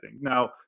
Now